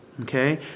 okay